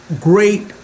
great